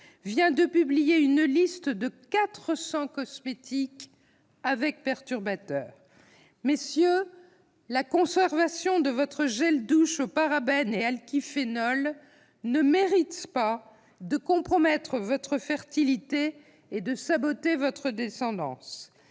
L'vient de publier une liste de 400 cosmétiques avec perturbateurs. Messieurs, votre gel douche aux parabènes et alkyphénols ne mérite pas de compromettre votre fertilité et de saboter votre descendance.